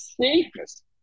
safest